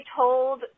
told